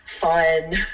fun